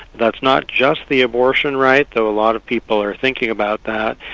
that's not just the abortion right, though a lot of people are thinking about that,